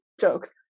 jokes